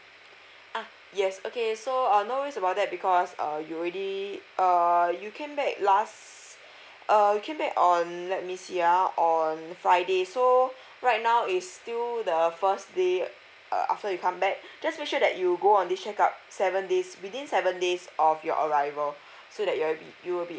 ah yes okay so uh no worries about that because uh you already err you came back last err you came back on let me see ah on friday so right now is still the first day err after you come back just make sure that you go on this check up seven days within seven days of your arrival so that you'll be you'll be